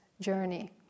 journey